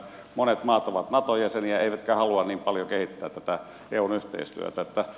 monet maat ovat nato jäseniä eivätkä halua niin paljon kehittää tätä eun yhteistyötä